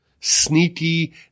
sneaky